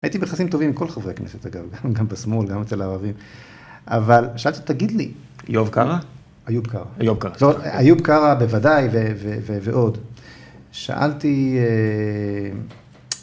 הייתי ביחסים טובים עם כל חברי כנסת, אגב, גם בשמאל, גם אצל הערבים, אבל שאלתי, תגיד לי, איוב קרא? איוב קרא. איוב קרא. זאת אומרת, איוב קרא בוודאי ועוד. שאלתי,